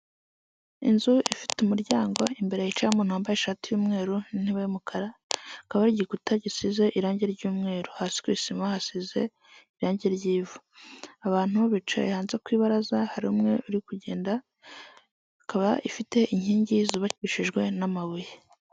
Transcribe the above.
Inzu ifite umuryango imbere hicayeho umuntu wambaye ishati y'umweru, intebe y'umukara, hakaba hari igikuta gisize irangi ry'umweru. Hasi ku isima hasize irangi ry'ivu. Abantu bicaye hanze ku ibaraza, hari umwe uri kugenda, ikaba ifite inkingi zubakishijwe n'amabuye.